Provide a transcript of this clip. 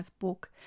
book